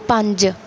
ਪੰਜ